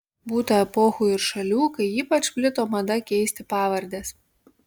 būta epochų ir šalių kai ypač plito mada keisti pavardes